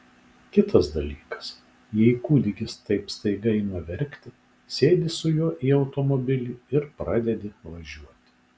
kitas dalykas jei kūdikis taip staiga ima verkti sėdi su juo į automobilį ir pradedi važiuoti